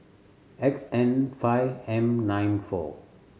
X N five M nine four